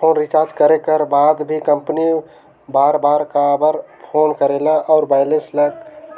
phone recharge करे कर बाद भी कंपनी बार बार काबर फोन करेला और बैलेंस ल